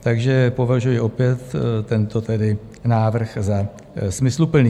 Takže považuji opět tento návrh za smysluplný.